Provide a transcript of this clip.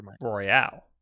Royale